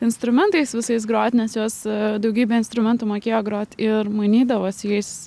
instrumentais visais grot nes jos daugybę instrumentų mokėjo grot ir mainydavosi jais